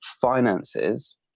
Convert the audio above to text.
finances